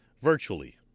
virtually